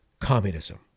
communism